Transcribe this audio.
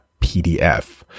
PDF